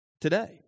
today